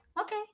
Okay